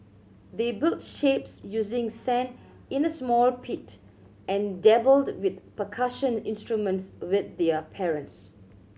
they built shapes using sand in a small pit and dabbled with percussion instruments with their parents